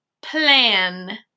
plan